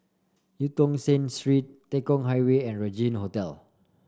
Eu Tong Sen Street Tekong Highway and Regin Hotel